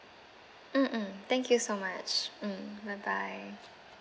mm mm thank you so much mm bye bye